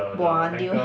bua 你 lor